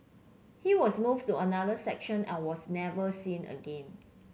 he was moved to another section and was never seen again